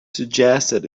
suggested